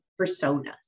personas